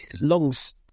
Long's